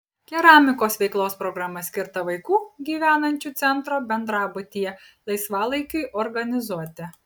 keramikos veiklos programa skirta vaikų gyvenančių centro bendrabutyje laisvalaikiui organizuoti